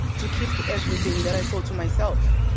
to keep everything that i saw to myself.